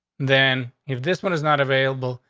then. if this one is not available,